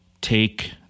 take